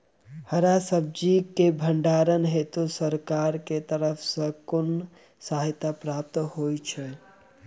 हरा सब्जी केँ भण्डारण हेतु सरकार की तरफ सँ कुन सहायता प्राप्त होइ छै?